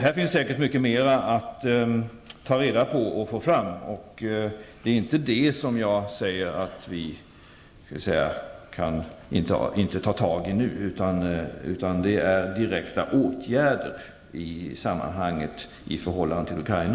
Här finns säkert mycket mera att ta reda på och få fram. Det är inte detta som jag säger att vi inte kan ta tag i nu. Det gäller direkta åtgärder i förhållande till Ukraina.